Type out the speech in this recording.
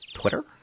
Twitter